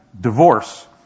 divorce